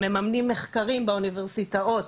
ממנים מחקרים באוניברסיטאות,